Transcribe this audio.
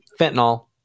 fentanyl